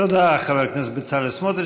תודה לחבר הכנסת בצלאל סמוטריץ.